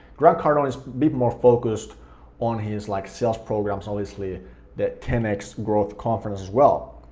grant cardone is more focused on his like sales programs, obviously the ten x growth conference as well.